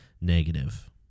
negative